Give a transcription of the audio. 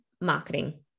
marketing